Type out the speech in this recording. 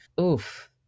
oof